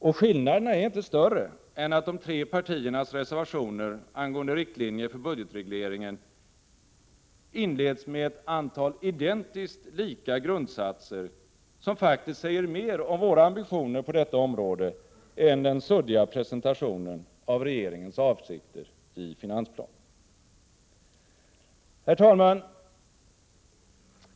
Och skillnaderna är inte större än att de tre partiernas reservationer angående riktlinjer för budgetregleringen inleds med ett antal identiskt lika grundsatser, som faktiskt säger mer om våra ambitioner på detta område än den suddiga presentationen av regeringens avsikter i finansplanen, Herr talman!